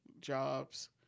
jobs